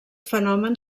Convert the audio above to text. fenomen